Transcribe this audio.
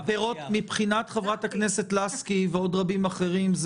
מבחינת חברת הכנסת לסקי ועוד רבים אחרים,